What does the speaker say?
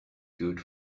good